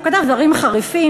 הוא כתב דברים חריפים,